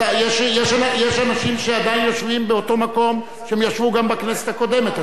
יש אנשים שעדיין יושבים באותו מקום שהם ישבו גם בכנסת הקודמת.